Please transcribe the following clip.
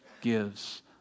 gives